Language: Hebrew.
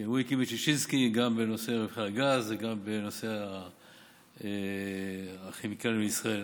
כי הוא הקים את ששינסקי גם בנושא רווחי הגז וגם בנושא כימיקלים לישראל.